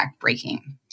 breaking